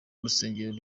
urusengero